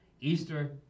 Easter